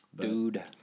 Dude